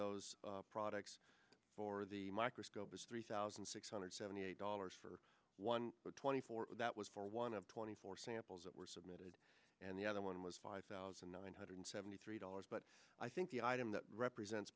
those products for the microscope is three thousand six hundred seventy eight dollars for one twenty four that was for one of twenty four samples that were submitted and the other one was five thousand nine hundred seventy three dollars but i think the item that represents